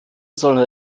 sollten